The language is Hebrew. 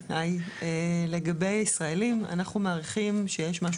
לגבי ישראלים אנחנו מעריכים שיש בערך